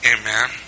amen